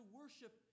worship